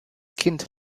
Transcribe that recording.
kind